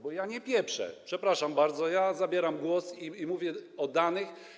Bo ja nie pieprzę, przepraszam bardzo, tylko zabieram głos i mówię o danych.